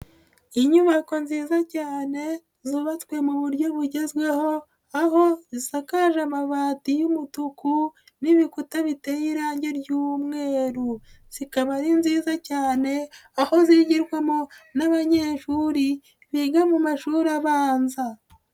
Inyubako nziza cyane zubatswe mu buryo bugezweho, aho zisakaje amabati y'umutuku n'ibikuta biteye irange ry'umweru. Zikaba ari nziza cyane, aho zigirwamo n'abanyeshuri biga mu mashuri abanza.